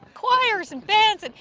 choirs and bands. and